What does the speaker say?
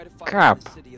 Crap